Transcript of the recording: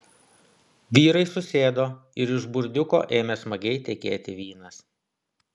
vyrai susėdo ir iš burdiuko ėmė smagiai tekėti vynas